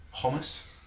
hummus